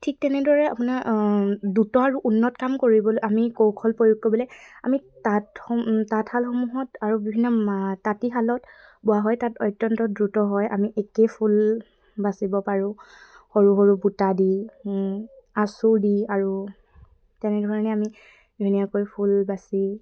ঠিক তেনেদৰে আপোনাৰ দ্ৰুত আৰু উন্নত কাম কৰিবলৈ আমি কৌশল প্ৰয়োগ কৰিবলৈ আমি তাঁতসম তাঁতশালসমূহত আৰু বিভিন্ন তাঁতীশালত বোৱা হয় তাত অত্যন্ত দ্ৰুত হয় আমি একেই ফুল বাচিব পাৰোঁ সৰু সৰু বুটা দি আঁচু দি আৰু তেনেধৰণে আমি ধুনীয়াকৈ ফুল বাচি